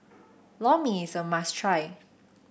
Lor Mee is a must try